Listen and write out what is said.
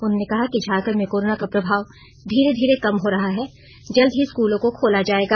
उन्होंने कहा कि झारखण्ड में कोरोना का प्रभाव धीरे धीरे कम हो रहा है जल्द ही स्कूलों को खोला जाएगा